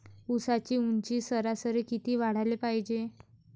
ऊसाची ऊंची सरासरी किती वाढाले पायजे?